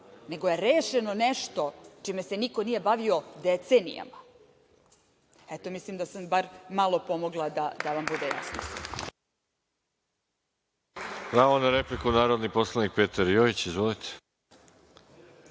nego je rešeno nešto čime se niko nije bavio decenijama. Eto, mislim da sam malo pomogla da vam bude jasnije.